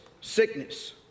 sickness